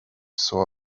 saw